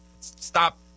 Stop